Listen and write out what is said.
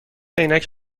عینک